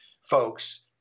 folks